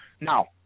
Now